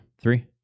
Three